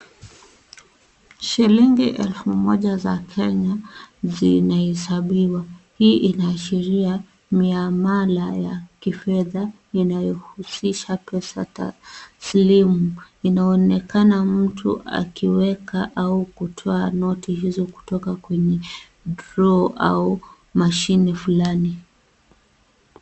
Shilingi elfu moja za Kenya zinahesabiwa. Hii inaashiria miamala ya kifedha inayohusisha pesa taslimu. Inaonekana mtu akiweka au kutoa noti hizo kutoka kwenye draw au mashine fulani.